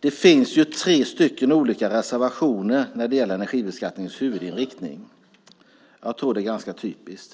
Det finns tre reservationer när det gäller energibeskattningens huvudinriktning. Jag tror att det är ganska typiskt.